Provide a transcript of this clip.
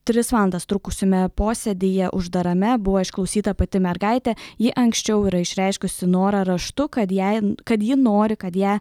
tris valandas trukusiume posėdyje uždarame buvo išklausyta pati mergaitė ji anksčiau yra išreiškusi norą raštu kad jai kad ji nori kad ją